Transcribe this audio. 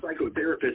psychotherapist